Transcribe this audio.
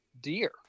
deer